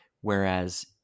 whereas